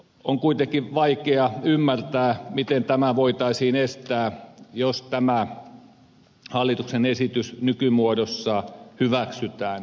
on kuitenkin vaikea ymmärtää miten tämä voitaisiin estää jos tämä hallituksen esitys nykymuodossaan hyväksytään